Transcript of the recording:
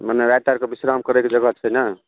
मने राति आरके बिश्राम करैके जगह छै ने